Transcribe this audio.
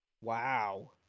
wow